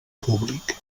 públic